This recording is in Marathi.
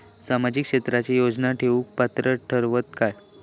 सामाजिक क्षेत्राच्या योजना घेवुक पात्र ठरतव काय?